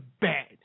bad